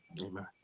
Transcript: Amen